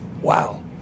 Wow